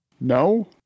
No